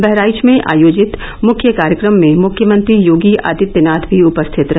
बहराइच में आयोजित मुख्य कार्यक्रम में मुख्यमंत्री योगी आदित्यनाथ भी उपस्थित रहे